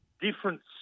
difference